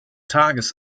tages